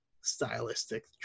stylistic